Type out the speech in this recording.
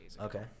okay